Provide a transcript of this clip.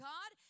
God